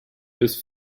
bis